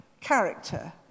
character